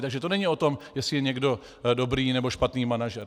Takže to není o tom, jestli je někdo dobrý, nebo špatný manažer.